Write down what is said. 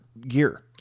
gear